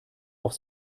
auf